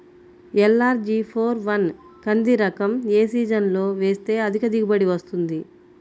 LRG four one కంది రకం ఏ సీజన్లో వేస్తె అధిక దిగుబడి వస్తుంది?